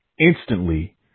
instantly